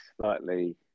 slightly